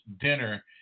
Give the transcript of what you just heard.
dinner